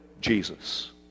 Jesus